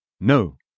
No